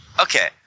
okay